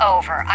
over